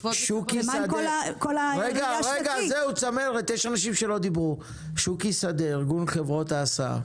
חריגים, זה ישר נסגר, שתדע, והם רושמים שזה החוק.